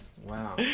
Wow